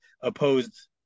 opposed